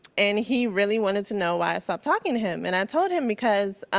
and he really wanted to know why i stopped talking to him, and i told him because